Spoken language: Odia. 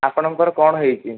ଆପଣଙ୍କର କ'ଣ ହେଇଛି